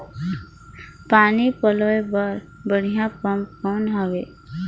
पानी पलोय बर बढ़िया पम्प कौन हवय?